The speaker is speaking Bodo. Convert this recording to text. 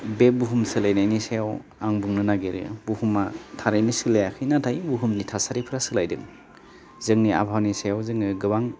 बे बुहुम सोलायनायनि सायाव आं बुंनो नागेरो बुहुमा थारैनो सोलायाखै नाथाय बुहुमनि थासारिफोरा सोलायदों जोंनि आबहावानि सायाव जोङो गोबां